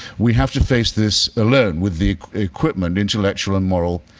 we have to face this alone with the equipment, intellectual and moral,